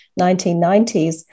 1990s